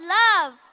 love